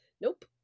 Nope